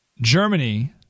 Germany